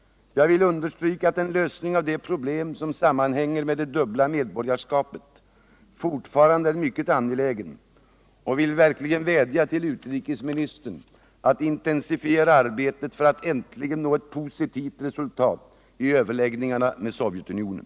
Jag vill understryka att en lösning av de problem som sammanhänger med det dubbla medborgarskapet fortfarande är mycket angelägen och vill vädja till utrikesministern att intensifiera arbetet för att ett positivt resultat äntligen skall uppnås i överläggningarna med Sovjetunionen.